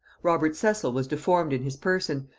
robert cecil was deformed in his person,